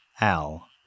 Al